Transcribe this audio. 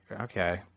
okay